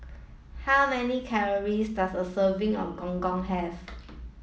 how many calories does a serving of gong gong have